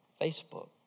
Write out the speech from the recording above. Facebook